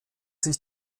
sich